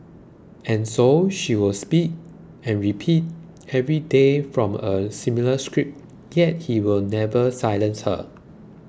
and so she will speak and repeat every day from a similar script yet he will never silence her